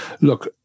Look